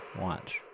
watch